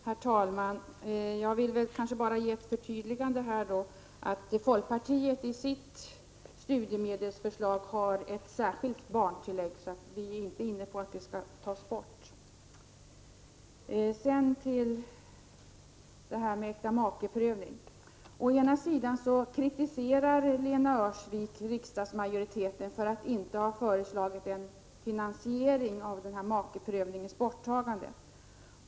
Herr talman! Jag vill bara göra det förtydligandet, att folkpartiet i sitt studiemedelsförslag har ett särskilt barntillägg. Vi är alltså inte inne på att detta skall tas bort. Sedan till äktamakeprövningen. Å ena sidan kritiserar Lena Öhrsvik riksdagsmajoriteten för att inte ha föreslagit en finansiering av makeprövningens borttagande.